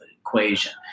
equation